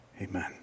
Amen